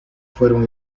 fueron